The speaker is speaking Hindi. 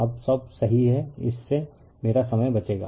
अब सब सही हैं इससे मेरा समय बचेगा